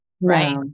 right